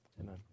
Amen